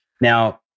Now